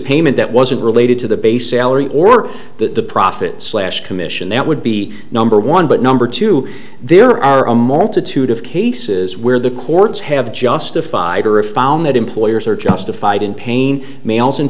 payment that wasn't related to the base salary or the profit slash commission that would be number one but number two there are a multitude of cases where the courts have justified or if found that employers are justified in pain males and